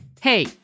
Hey